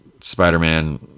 spider-man